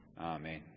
Amen